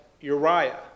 Uriah